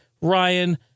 Ryan